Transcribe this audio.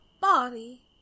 body